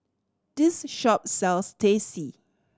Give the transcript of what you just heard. this shop sells Teh C